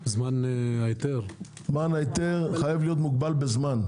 זמן ההיתר חייב להיות מוגבל בזמן.